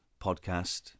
podcast